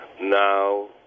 now